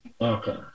Okay